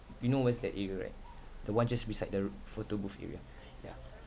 you know where's the area right the one just beside the roo~ photo booth area yeah